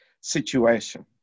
situation